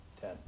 ten